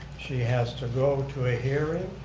she has to go to a hearing.